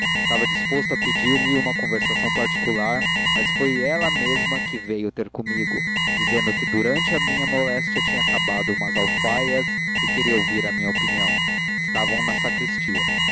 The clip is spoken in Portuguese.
estava disposto a pedir-lhe uma conversação particular mas foi ela mesma que veio ter comigo dizendo que durante a minha moléstia tinha acabado umas alfaias e queria ouvir a minha opinião estavam na sacristia